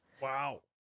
Wow